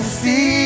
see